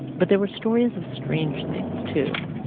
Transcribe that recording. but there were stories of strange things, too,